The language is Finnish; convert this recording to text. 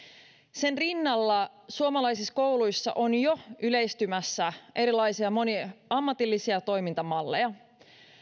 sen rinnalla suomalaisissa kouluissa on jo yleistymässä erilaisia moniammatillisia toimintamalleja